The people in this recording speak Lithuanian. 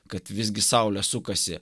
kad visgi saulė sukasi